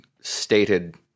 stated